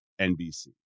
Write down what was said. NBC